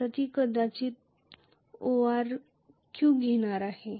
आता मी कदाचित ORQ घेणार आहे